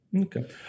Okay